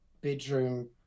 bedroom